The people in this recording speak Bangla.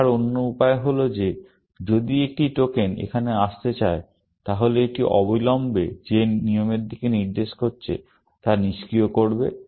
দেখার অন্য উপায় হল যে যদি একটি টোকেন এখানে আসতে চায় তাহলে এটি অবিলম্বে যে নিয়মের দিকে নির্দেশ করছে তা নিষ্ক্রিয় করবে